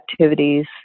activities